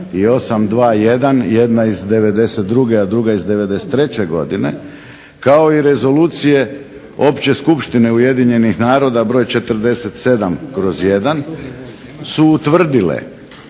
i 821., jedna iz '92., a druga iz '93. godine, kao i rezolucije Opće skupštine UN-a br. 47/1 su utvrdile